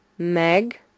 Meg